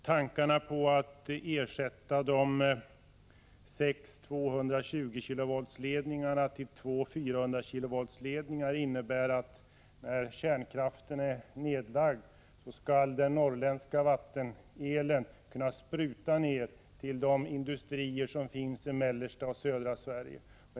Tankarna på att ersätta de sex 220-kilovoltsledningarna med två 400-kilovoltsledningar innebär att den norrländska vattenkraften, när kärnkraften är avvecklad, skall kunna ”spruta” ner el till de industrier som finns i mellersta och södra Sverige.